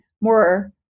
more